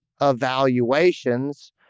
evaluations